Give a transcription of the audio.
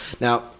Now